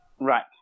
Right